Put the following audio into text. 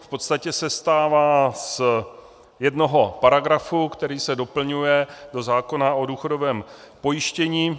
V podstatě sestává z jednoho paragrafu, který se doplňuje do zákona o důchodovém pojištění.